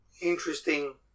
interesting